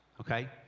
okay